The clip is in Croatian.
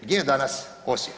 Gdje je danas Osijek?